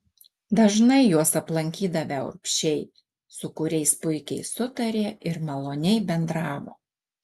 dažnai juos aplankydavę urbšiai su kuriais puikiai sutarė ir maloniai bendravo